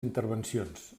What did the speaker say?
intervencions